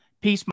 Peace